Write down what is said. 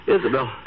Isabel